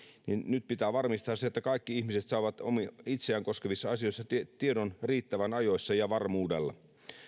nyt pitää varmistaa se että kaikki ihmiset saavat itseään koskevissa asioissa tiedon riittävän ajoissa ja varmuudella